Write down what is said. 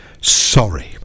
Sorry